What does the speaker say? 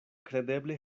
kredeble